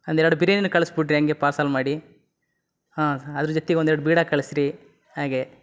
ಒಂದು ಎರಡು ಬಿರಿಯಾನಿ ಕಳ್ಸ್ಬಿಡ್ರಿ ಹಾಗೇ ಪಾರ್ಸಲ್ ಮಾಡಿ ಹಾಂ ಅದ್ರ ಜೊತೆಗ್ ಒಂದು ಎರಡು ಬೀಡ ಕಳಿಸ್ರಿ ಹಾಗೇ